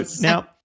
now